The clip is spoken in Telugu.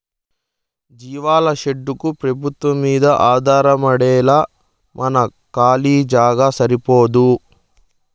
జీవాల షెడ్డుకు పెబుత్వంమ్మీదే ఆధారమేలా మన కాలీ జాగా సరిపోదూ